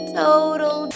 total